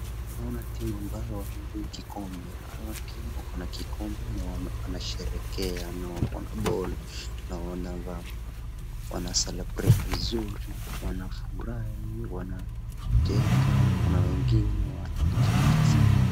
Naona timu ambayo wamebeba kikombe. Hao timu wako na kikombe na wanasherehekea na wako na ball . Naona wanacelebrate vizuri, wanafurahi, wanacheka, kuna wengine wanacheka sana.